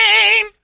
name